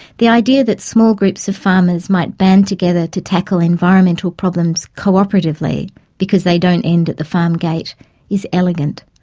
the idea that small groups of farmers might band together to tackle environmental problems co-operatively because they don't end at the farm gate is elegant,